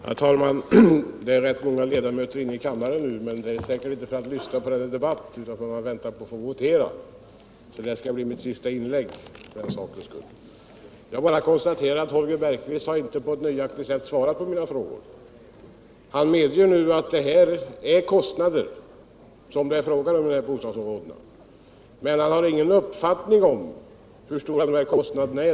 Herr talman! Det är ganska många ledamöter inne i kammaren nu, men det är säkert inte för att lyssna på denna debatt utan de väntar på att få votera. Det här skall därför bli mitt sista inlägg. Jag bara konstaterar att Holger Bergqvist inte på ett nöjaktigt sätt svarat på mina frågor. Han medger nu att Luleå kommun haft kostnader för de här bostadsområdena, men han har ingen uppfattning om hur stora dessa kostnader är.